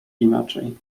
inaczej